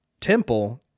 Temple